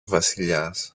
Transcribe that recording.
βασιλιάς